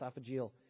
esophageal